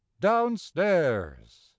downstairs